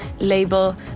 label